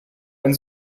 ein